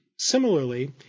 Similarly